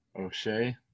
O'Shea